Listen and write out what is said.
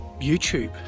YouTube